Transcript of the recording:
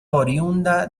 oriunda